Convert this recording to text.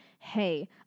Hey